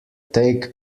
take